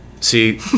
See